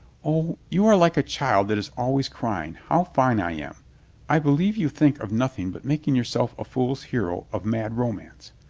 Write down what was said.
o, you are like a child that is always crying, how fine i am i believe you think of nothing but making yourself a fool's hero of mad romance.